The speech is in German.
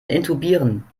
intubieren